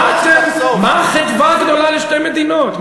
מה החדווה הגדולה לשתי מדינות,